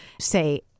say